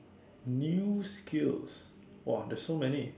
new skills !wah! there's so many